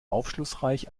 aufschlussreich